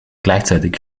gleichzeitig